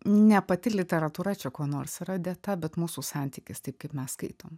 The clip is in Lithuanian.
ne pati literatūra čia kuo nors yra dėta bet mūsų santykis taip kaip mes skaitom